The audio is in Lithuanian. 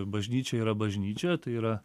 bažnyčia yra bažnyčia tai yra